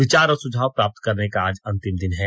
विचार और सुझाव प्राप्त करने का आज अंतिम दिन है